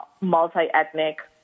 multi-ethnic